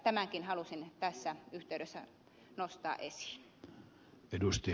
tämänkin halusin tässä yhteydessä nostaa esiin